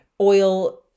oil